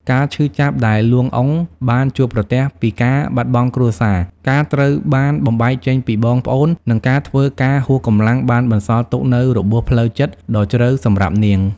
ការឈឺចាប់ដែល លួង អ៊ុង បានជួបប្រទះពីការបាត់បង់គ្រួសារ ការត្រូវបានបំបែកចេញពីបងប្អូន និងការធ្វើការហួសកម្លាំងបានបន្សល់ទុកនូវរបួសផ្លូវចិត្តដ៏ជ្រៅសម្រាប់នាង។